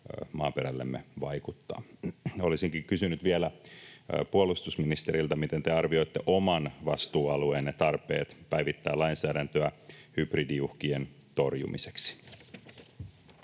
maaperällemme vaikuttaa. Olisinkin kysynyt vielä puolustusministeriltä: miten te arvioitte oman vastuualueenne tarpeet päivittää lainsäädäntöä hybridiuhkien torjumiseksi?